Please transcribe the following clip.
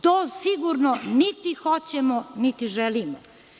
To sigurno niti hoćemo, niti želimo.